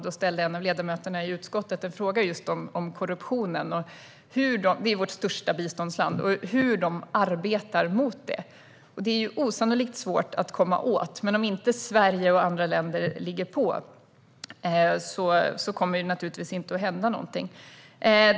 Då ställde en av ledamöterna i utskottet en fråga om just korruptionen - Afghanistan är vår största biståndsmottagare - och hur de arbetar mot det. Det är osannolikt svårt att komma åt, men om inte Sverige och andra länder ligger på kommer det naturligtvis inte att hända någonting.